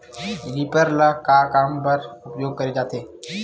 Reaper ल का काम बर उपयोग करे जाथे?